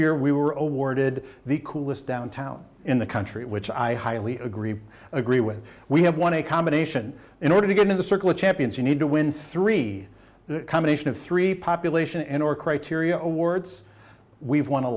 year we were awarded the coolest downtown in the country which i highly agree agree with we have won a combination in order to get in the circle of champions you need to win three the combination of three population and or criteria awards we've won